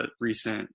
recent